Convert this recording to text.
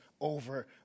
over